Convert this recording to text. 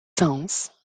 sons